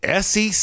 SEC